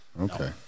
Okay